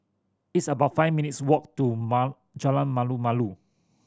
it's about five minutes' walk to Jalan Malu Malu